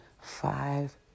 five